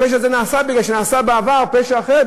הפשע הזה נעשה בגלל שנעשה בעבר פשע אחר,